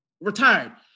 Retired